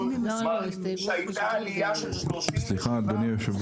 שמראים שהייתה עלייה של 37% במקרי דום לב בין השנים